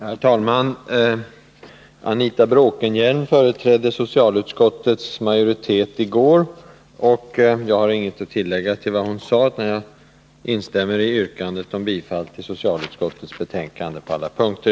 Herr talman! Anita Bråkenhielm företrädde socialutskottets majoritet i går, och jag har inget att tillägga till vad hon sade. Jag instämmer i yrkandet om bifall till socialutskottets hemställan på alla punkter.